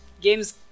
games